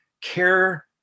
care